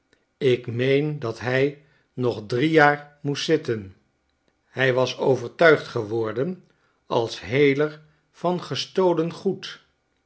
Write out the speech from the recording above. ik meen dat hij nog drie jaar moest zitten hij was overtuigd geworden als heler van gestolen goed